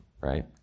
right